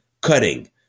cutting